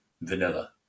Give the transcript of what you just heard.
vanilla